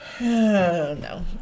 No